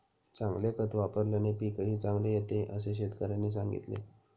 चांगले खत वापल्याने पीकही चांगले येते असे शेतकऱ्याने सांगितले